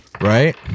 Right